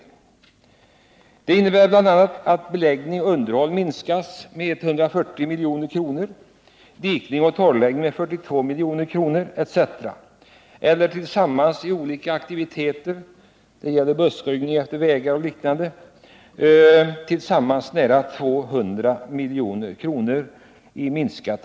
Detta innebär bl.a. att anslaget för beläggning och underhåll minskas med 140 milj.kr., för dikning och torrläggning med 42 milj.kr. osv., eller tillsammans när det gäller de olika aktiviteterna — det gäller också buskröjning efter vägar och liknande — nära 200 milj.kr.